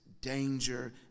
danger